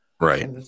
Right